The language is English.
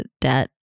debt